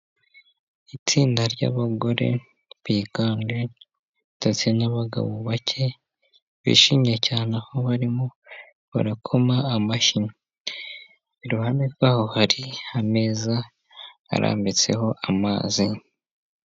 Itsinda ry'abagore biganje ndetse n'abagabo bake bishimye cyane aho barimo barakoma amashyi iruhande rwabo hari ameza arambitseho amazi.